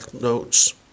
notes